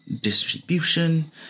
distribution